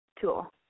tool